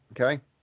Okay